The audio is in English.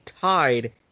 tied